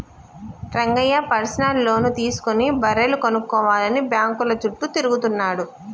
Rangayya personal loan తీసుకుని బర్రెలు కొనుక్కోవాలని బ్యాంకుల చుట్టూ తిరుగుతున్నాడు